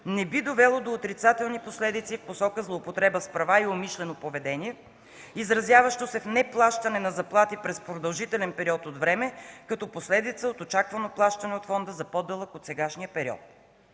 не би довело до отрицателни последици в посока злоупотреба с права и умишлено поведение, изразяващо се в неплащане на заплати през продължителен период от време, като последица от очаквано плащане от фонда за по-дълъг от сегашния период.